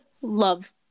love